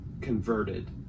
converted